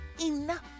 Enough